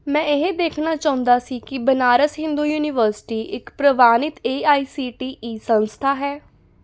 ਮੈਂ ਇਹ ਦੇਖਣਾ ਚਾਹੁੰਦਾ ਸੀ ਕਿ ਬਨਾਰਸ ਹਿੰਦੂ ਯੂਨੀਵਰਸਿਟੀ ਇੱਕ ਪ੍ਰਵਾਨਿਤ A I C T E ਸੰਸਥਾ ਹੈ